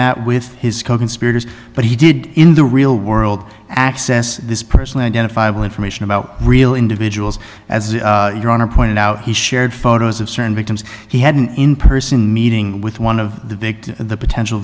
that with his coconspirators but he did in the real world access this personally identifiable information about real individuals as your honor pointed out he shared photos of certain victims he had an impersonal meeting with one of the big the potential